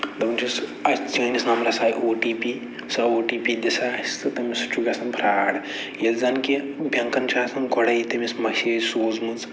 دَپان چھِس اَسہِ چٲنِس نمبرَس آیہِ او ٹی پی سۄ او ٹی پی دِژا اَسہِ تہٕ تٔمی سۭتۍ چھُ گژھان فرٛاڈ ییٚلہِ زَنہٕ کہ بیٚنکَن چھِ آسان گۄڈٕے تٔمِس مَسیج سوٗزمٕژ